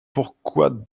pourquoi